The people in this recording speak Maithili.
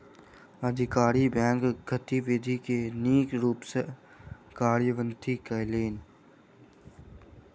अधिकारी बैंकक गतिविधि के नीक रूप सॅ कार्यान्वित कयलैन